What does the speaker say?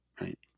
right